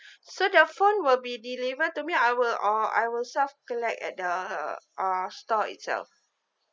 so the phone will be deliver to me I will or I will self collect at the uh store itself